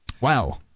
Wow